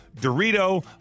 Dorito